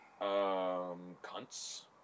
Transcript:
Cunts